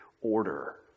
order